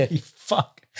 fuck